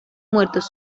muertos